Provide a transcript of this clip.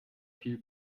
viel